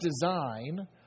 design